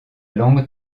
langue